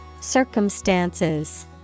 Circumstances